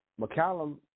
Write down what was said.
McCallum